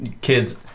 Kids